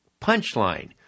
punchline